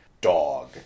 dog